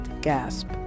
Gasp